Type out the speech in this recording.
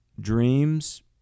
dreams